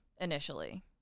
initially